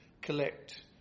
collect